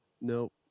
nope